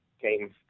came